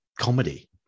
comedy